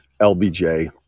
LBJ